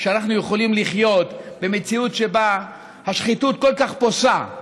כשאנחנו יכולים לחיות במציאות שבה השחיתות כל כך פושה.